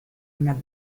una